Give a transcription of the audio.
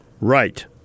Right